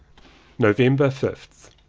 november fifth.